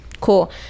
Cool